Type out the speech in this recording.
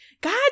God